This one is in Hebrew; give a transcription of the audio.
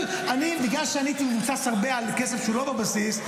בגלל שהייתי מבוסס הרבה על כסף שהוא לא בבסיס,